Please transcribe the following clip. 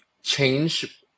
change